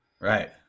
right